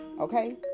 Okay